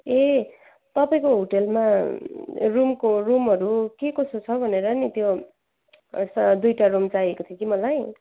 ए तपाईँको होटेलमा रुमको रुमहरू के कसो छ भनेर नि त्यो दुइटा रुम चाहिएको थियो कि मलाई